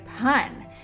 pun